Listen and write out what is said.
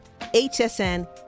HSN